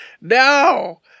no